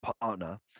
partner